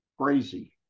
crazy